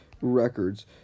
records